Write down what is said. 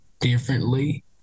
differently